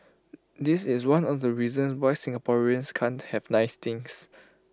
this is one of the reasons why Singaporeans can't have nice things